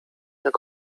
jak